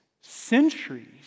centuries